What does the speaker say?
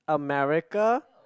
a miracle